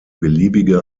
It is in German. beliebige